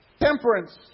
Temperance